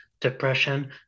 depression